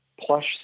Plush